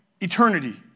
eternity